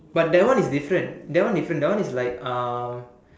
but that one is different that one different that one is like um